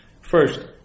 First